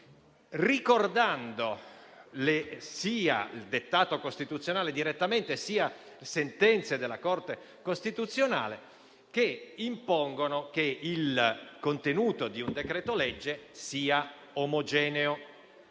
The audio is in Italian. ricordando sia il dettato costituzionale direttamente, sia le sentenze della Corte costituzionale che impongono che il contenuto di un decreto-legge sia omogeneo.